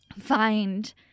find